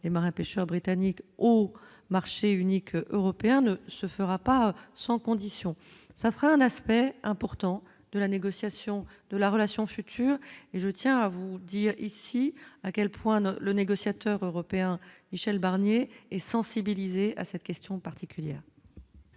les marins pêcheurs britanniques au marché unique européen ne se fera pas sans conditions, ça serait un aspect important de la négociation de la relation future et je tiens à vous dire ici à quel point le négociateur européen, Michel Barnier et sensibilisé à cette question particulière.